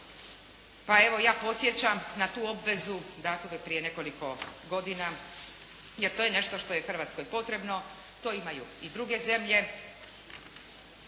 Pa evo, i ja podsjećam na tu obvezu, …/Govornik se ne razumije./… prije nekoliko godina, jer to je nešto što je Hrvatskoj potrebno, to imaju i druge zemlje.